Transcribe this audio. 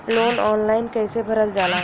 Loan online कइसे भरल जाला?